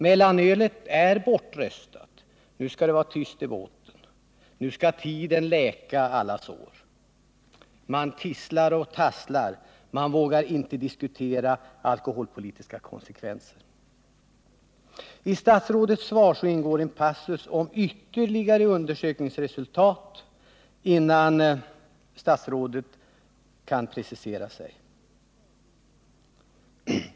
Mellanölet är bortröstat — nu skall det vara tyst i båten, nu skall tiden läka alla sår. Man tisslar och tasslar. Man vågar inte diskutera alkoholpolitiska konsekvenser. I statsrådets svar ingår en passus om att statsrådet vill ha ytterligare undersökningsresultat innan han kan precisera sig.